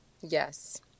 Yes